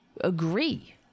agree